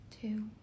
two